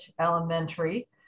Elementary